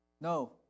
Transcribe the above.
No